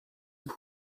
بود